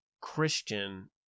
Christian